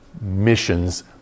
missions